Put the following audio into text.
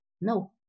No